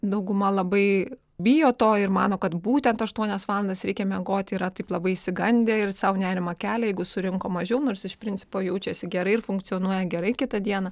dauguma labai bijo to ir mano kad būtent aštuonias valandas reikia miegoti yra taip labai išsigandę ir sau nerimą kelia jeigu surinko mažiau nors iš principo jaučiasi gerai ir funkcionuoja gerai kitą dieną